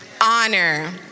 Honor